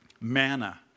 Manna